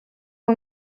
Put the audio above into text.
ont